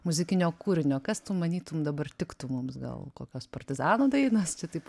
muzikinio kūrinio kas tu manytum dabar tiktų mums gal kokios partizanų dainos čia taip